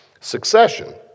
succession